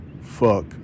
Fuck